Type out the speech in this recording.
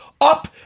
up